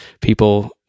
people